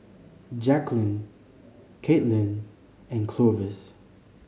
Jacquelynn Kaitlyn and Clovis